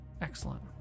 excellent